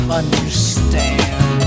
understand